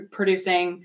producing